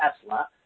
Tesla